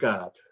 God